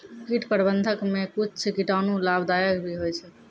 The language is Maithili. कीट प्रबंधक मे कुच्छ कीटाणु लाभदायक भी होय छै